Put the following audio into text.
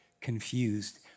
confused